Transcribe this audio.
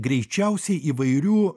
greičiausiai įvairių